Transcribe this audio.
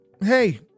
hey